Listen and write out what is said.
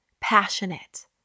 passionate